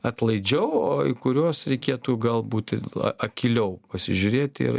atlaidžiau o į kuriuos reikėtų galbūt ir a akyliau pasižiūrėti ir